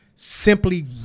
simply